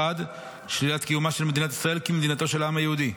1. שלילת קיומה של מדינת ישראל כמדינתו של העם היהודי,